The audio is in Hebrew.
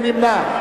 מי נמנע?